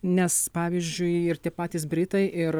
nes pavyzdžiui ir tie patys britai ir